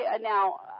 now